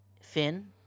Finn